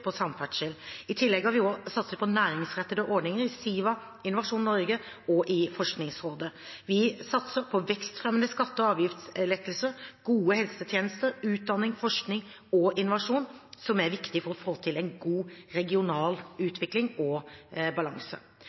på samferdsel. I tillegg har vi også satset på næringsrettede ordninger i Siva, Innovasjon Norge og Forskningsrådet. Vi satser på vekstfremmende skatte- og avgiftslettelser, gode helsetjenester, utdanning, forskning og innovasjon, som er viktig for å få til en god regional utvikling og balanse.